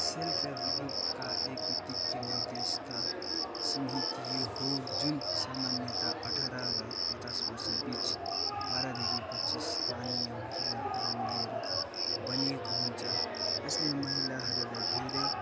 self help ग्रुपका एक मध्यस्त सिमहित यो हो जुन सामन्यता अठाह्र र पचास वर्ष बिच बाह्र देखि पच्चिस स्थानिय महिलाहरू मिलेर बनिएको हुन्छ यसले महिलाहरूलाई धेरै